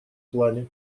плане